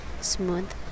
smooth